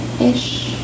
ish